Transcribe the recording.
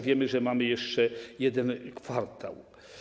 Wiemy, że mamy jeszcze jeden kwartał.